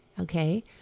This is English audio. Okay